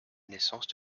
naissance